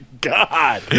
God